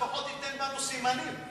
לפחות תיתן בנו סימנים.